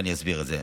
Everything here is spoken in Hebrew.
ואני אסביר את זה.